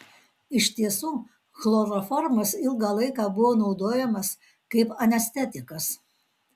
iš tiesų chloroformas ilgą laiką buvo naudojamas kaip anestetikas